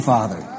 Father